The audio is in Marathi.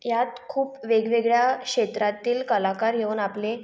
यात खूप वेगवेगळ्या क्षेत्रातील कलाकार येऊन आपले